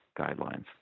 guidelines